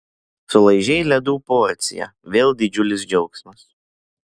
sulaižei ledų porciją vėl didžiulis džiaugsmas